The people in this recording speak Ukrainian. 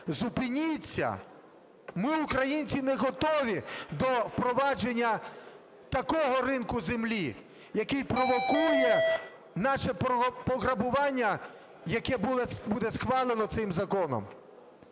"Зупиніться! Ми, українці, не готові до впровадження такого ринку землі, який провокує наше пограбування, яке буде схвалено цим законом".